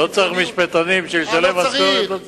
לא צריך משפטנים בשביל לשלם משכורת.